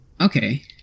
Okay